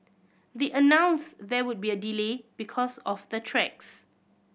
they announced there would be a delay because of the tracks